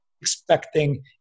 expecting